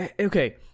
Okay